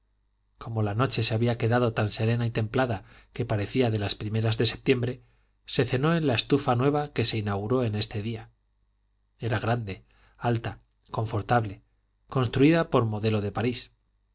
como la noche se había quedado tan serena y templada que parecía de las primeras de septiembre se cenó en la estufa nueva que se inauguró en este día era grande alta confortable construida por modelo de parís don